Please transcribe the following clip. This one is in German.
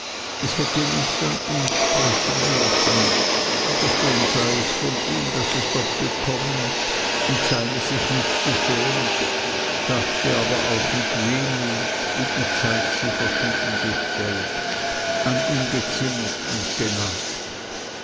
es hätte nicht an ihns sprechen dürfen aber schön sei es von ihm daß es doch gekommen und seiner sich nicht geschämt dachte aber auch mit wehmut wie die zeit sie verschieden gestellt an ihm gezimmert und genagt